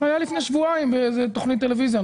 לפני שבועיים באיזו תוכנית טלוויזיה.